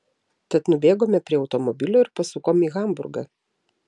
tad nubėgome prie automobilio ir pasukom į hamburgą